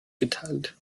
geteilt